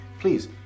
please